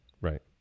Right